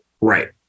Right